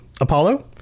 Apollo